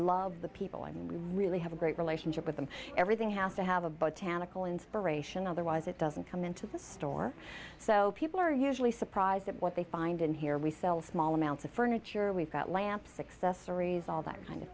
love the people and we really have a great relationship with them everything has to have a but tannic all inspiration otherwise it doesn't come into the store so people are usually surprised at what they find in here we sell small amounts of furniture we've got lamp success stories all that kind of